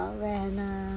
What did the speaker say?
when ah